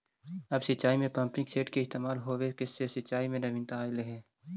अब सिंचाई में पम्पिंग सेट के इस्तेमाल होवे से सिंचाई में नवीनता अलइ हे